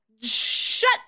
shut